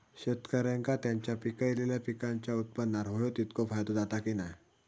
शेतकऱ्यांका त्यांचा पिकयलेल्या पीकांच्या उत्पन्नार होयो तितको फायदो जाता काय की नाय?